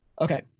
Okay